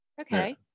Okay